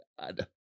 God